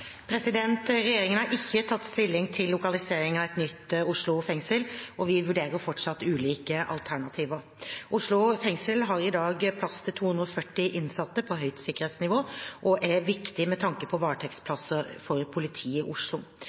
Regjeringen har ikke tatt stilling til lokalisering av et nytt Oslo fengsel, og vi vurderer fortsatt ulike alternativer. Oslo fengsel har i dag plass til 240 innsatte på høyt sikkerhetsnivå og er viktig med tanke på varetektsplasser for politiet i Oslo.